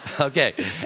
Okay